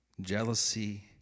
jealousy